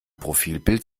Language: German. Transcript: profilbild